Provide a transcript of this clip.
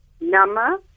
Nama